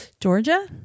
Georgia